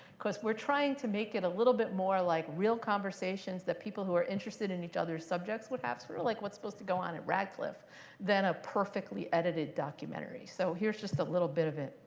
because we're trying to make it a little bit more like real conversations that people who are interested in each other's subjects would have sort of like what's supposed to go on at radcliffe than a perfectly edited documentary. so here's just a little bit of it,